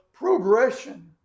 Progression